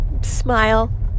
Smile